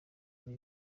ari